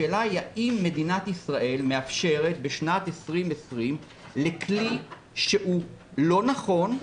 השאלה היא האם מדינת ישראל מאפשרת בשנת 2020 לכלי שהוא לא נכון,